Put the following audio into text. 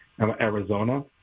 Arizona